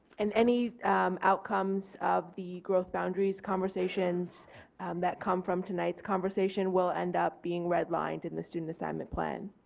and any outcomes of the growth boundaries conversations that come from tonight's conversation will end up being redlined in the student assignment plan.